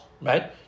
right